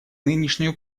нынешнюю